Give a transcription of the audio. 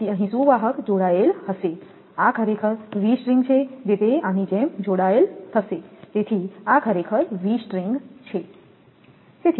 તેથી અહીં સુવાહક જોડાયેલ હશે આ ખરેખર વી સ્ટ્રિંગ છે જે તે આની જેમ જોડાયેલ થશે તેથી આ ખરેખર વી સ્ટ્રિંગ છે